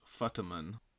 Futterman